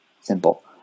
Simple